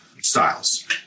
styles